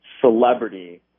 celebrity